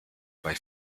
bei